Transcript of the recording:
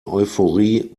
euphorie